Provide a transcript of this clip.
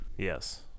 Yes